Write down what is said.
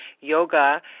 Yoga